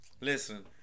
Listen